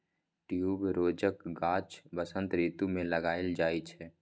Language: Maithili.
ट्युबरोजक गाछ बसंत रितु मे लगाएल जाइ छै